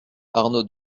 arnaud